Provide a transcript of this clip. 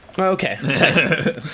Okay